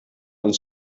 and